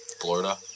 Florida